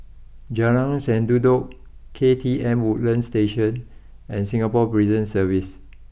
Jalan Sendudok K T M Woodlands Station and Singapore Prison Service